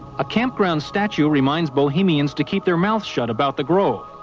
a campground statue reminds bohemians. to keep their mouth shut about the grove.